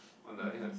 on the yes